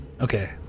Okay